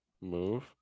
move